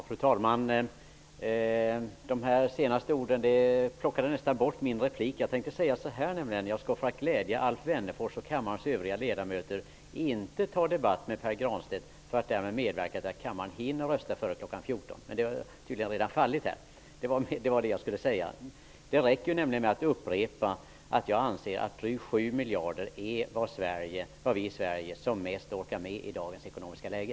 Fru talman! De senast sagda orden förtog min replik. Jag hade tänkt säga: Jag skall för att glädja Alf Wennerfors och kammarens övriga ledamöter inte debattera med Pär Granstedt för att därmed medverka till att kammaren skall hinna rösta före kl. 14. Men möjligheten har tydligen redan fallit. Det räcker nämligen med att upprepa att jag anser att ca 7 miljarder kronor är vad Sverige som mest orkar med i biståndsbidrag i dagens ekonomiska läge.